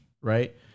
right